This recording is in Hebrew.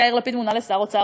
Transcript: יאיר לפיד מונה לשר האוצר,